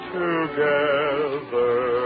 together